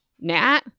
Nat